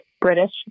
British